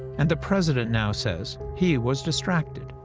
and the president now says he was distracted.